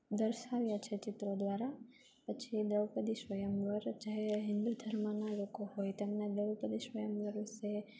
દર્શાવ્યા છે ચિત્રો દ્વારા પછી દ્રૌપદી સ્વયંવર જે હિન્દુ ધર્મના લોકો હોય તેમણે દ્રૌપદી સ્વયંવર વિશે